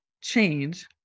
change